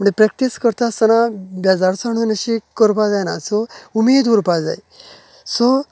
म्हण् practice करतास्ताना बेजारसामून अशी करपा जायना सो उमेद उरपा जाय सो